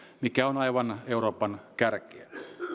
mikä on aivan euroopan kärkeä